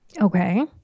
Okay